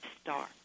star